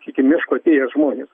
sakykim miško atėję žmonės